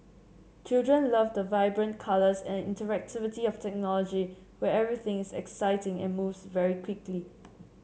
children love the vibrant colours and interactivity of technology where everything is exciting and moves very quickly